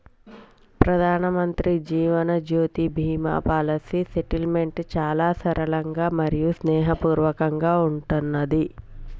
ప్రధానమంత్రి Jeevan Jyoti Bima policy settlement చాలా సరళంగా మరియు స్నేహపూర్వకంగా ఉంటున్నాది